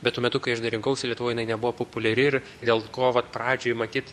bet tuo metu kai aš dar rinkausi lietuvoj jinai nebuvo populiari ir dėl ko vat pradžioj matyt